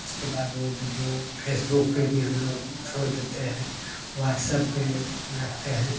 उसके बाद वो बिडियो फेसबुक पे भी हम लोग छोड़ देते हैं वाट्सप पे रहते हैं